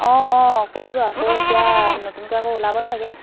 অঁ অঁ কৰিব আকৌ এতিয়া নতুনকৈ আকৌ ওলাব চাগে